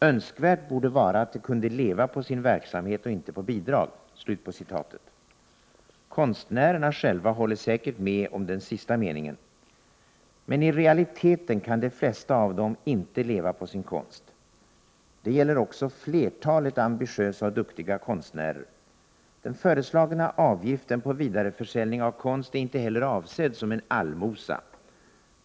Önskvärt borde vara att de kunde leva på sin verksamhet och inte på bidrag.” Konstnärerna själva håller säkert med om den sista meningen. I realiteten kan dock de flesta av dem inte leva på sin konst. Det gäller också flertalet ambitiösa och duktiga konstnärer. Den föreslagna avgiften på vidareförsäljning av konst är inte heller avsedd som en allmosa.